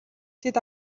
тэд